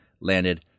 landed